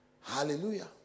Hallelujah